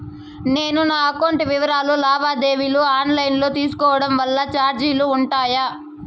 నేను నా అకౌంట్ వివరాలు లావాదేవీలు ఆన్ లైను లో తీసుకోవడం వల్ల చార్జీలు ఉంటాయా?